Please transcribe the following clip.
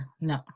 no